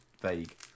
vague